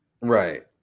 Right